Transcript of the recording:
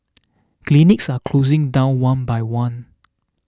clinics are closing down one by one